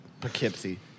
Poughkeepsie